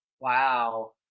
Wow